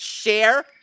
share